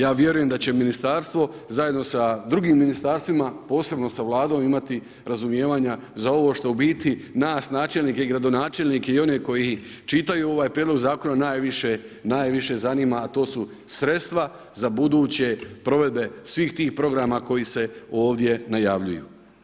Ja vjerujem da će ministarstvo, zajedno sa drugim ministarstvima, posebno sa vladom, imati razumijevanja za ovo što u biti nas načelnike i gradonačelnike i one koji čitaju ovaj prijedlog zakona najviše zanima, a to su sredstva za buduće provedbe svih tih programa koji se ovdje najavljuju.